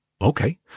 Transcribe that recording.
okay